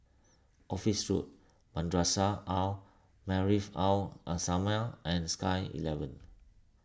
Office Road Madrasah Al Maarif Al Islamiah and Sky eleven